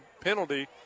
penalty